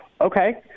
okay